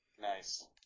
Nice